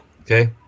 Okay